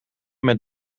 met